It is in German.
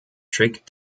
trick